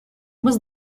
was